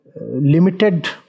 limited